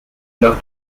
lors